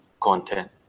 content